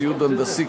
ציוד הנדסי,